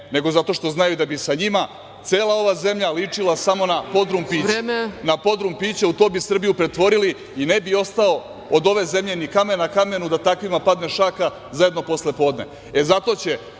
nego zato što znaju da bi sa njima cela ova zemlja ličila samo na podrum pića. U to bi Srbiju pretvorili i ne bi ostalo od ove zemlje ni kamen na kamenu da takvima padne šaka za jedno poslepodne.